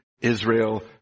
Israel